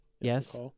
Yes